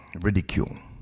ridicule